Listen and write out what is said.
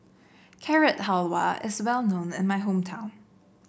Carrot Halwa is well known in my hometown